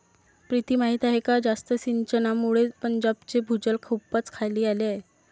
प्रीती माहीत आहे का जास्त सिंचनामुळे पंजाबचे भूजल खूपच खाली आले आहे